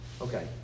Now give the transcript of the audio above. Okay